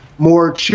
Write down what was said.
More